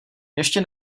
ještě